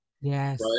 Yes